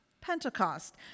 Pentecost